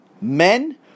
men